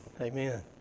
Amen